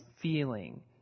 feeling